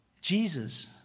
Jesus